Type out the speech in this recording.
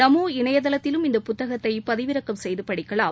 நமோ இணையதளத்திலும் இந்த புத்தகத்தைபதிவிறக்கம் செய்துபடிக்கலாம்